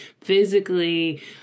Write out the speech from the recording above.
physically